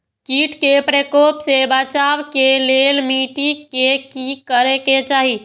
किट के प्रकोप से बचाव के लेल मिटी के कि करे के चाही?